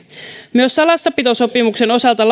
myös salassapitosopimuksen osalta